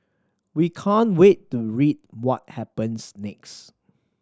we can't wait to read what happens next